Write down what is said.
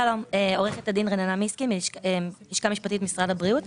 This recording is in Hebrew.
עורכת הדין רננה מיסקין מהלשכה המשפטית במשרד הבריאות.